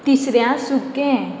तिसऱ्या सुकें